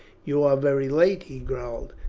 you are very late, he growled.